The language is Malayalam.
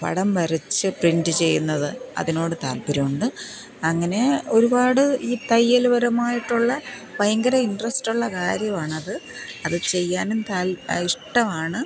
പടം വരച്ച് പ്രിന്റ് ചെയ്യുന്നത് അതിനോട് താൽപ്പര്യം ഉണ്ട് അങ്ങനെ ഒരുപാട് ഈ തയ്യൽ പരമായിട്ടുള്ള ഭയങ്കര ഇന്ട്രെസ്റ്റ് ഉള്ള കാര്യമാണത് അത് അത് ചെയ്യാനും ഇഷ്ടമാണ്